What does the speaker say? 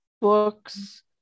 books